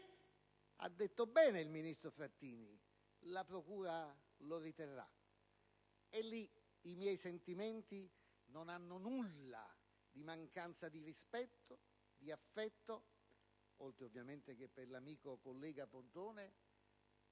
ha detto bene il ministro Frattini - la procura lo riterrà. E lì i miei sentimenti non hanno nulla della mancanza di rispetto, di affetto, oltre ovviamente che per l'amico collega Pontone,